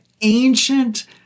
ancient